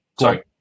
sorry